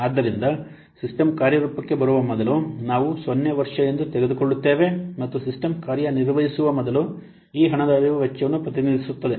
ಆದ್ದರಿಂದ ಸಿಸ್ಟಮ್ ಕಾರ್ಯರೂಪಕ್ಕೆ ಬರುವ ಮೊದಲು ನಾವು ಸೊನ್ನೆ ವರ್ಷ ಎಂದು ತೆಗೆದುಕೊಳ್ಳುತ್ತೇವೆ ಮತ್ತು ಸಿಸ್ಟಮ್ ಕಾರ್ಯನಿರ್ವಹಿಸುವ ಮೊದಲು ಈ ಹಣದ ಹರಿವು ವೆಚ್ಚವನ್ನು ಪ್ರತಿನಿಧಿಸುತ್ತದೆ